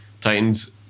Titans